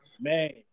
man